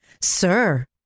Sir